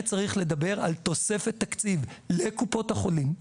צריך לדבר על תוספת תקציב לקופות החולים,